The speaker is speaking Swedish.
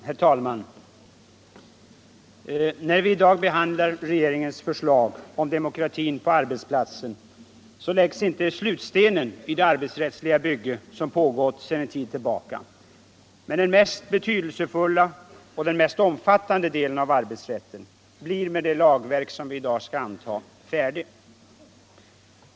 Herr talman! När vi i dag behandlar regeringens förslag om demokratin på arbetsplatsen läggs inte slutstenen i det arbetsrättsliga bygge som pågått sedan en tid tillbaka. Men den mest betydelsefulla och den mest omfattande delen av arbetsrätten blir med det lagverk som vi i dag skall anta färdig.